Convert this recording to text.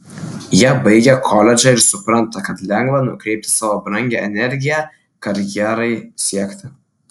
jie baigia koledžą ir supranta kad lengva nukreipti savo brangią energiją karjerai siekti